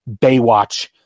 Baywatch